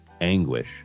anguish